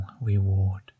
reward